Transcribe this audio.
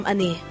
Ani